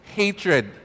hatred